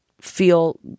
feel